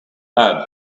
had